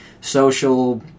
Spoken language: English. social